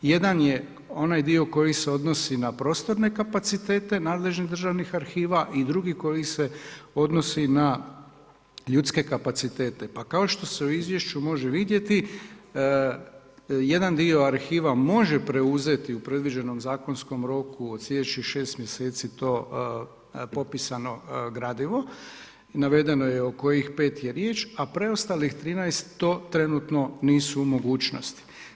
Jedan je onaj dio koji se odnosi na prostorne kapacitete nadležnih državnih arhiva i drugih koji se odnosi na ljudske kapacitete pa kao što se u izvješću može vidjeti, jedan dio arhiva može preuzeti u predviđenom zakonskom roku sljedećih 6 mjeseci to popisano gradivo, navedeno je o kojih 5 je riječ, a preostalih 13 to trenutno nisu u mogućnosti.